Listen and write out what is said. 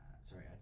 Sorry